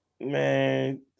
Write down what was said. Man